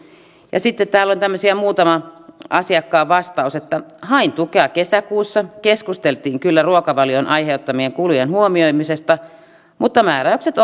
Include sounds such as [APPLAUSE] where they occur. sitten täällä on tämmöisiä muutaman asiakkaan vastauksia hain tukea kesäkuussa keskusteltiin kyllä ruokavalion aiheuttamien kulujen huomioimisesta mutta määräykset [UNINTELLIGIBLE]